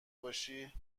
باشی